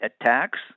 attacks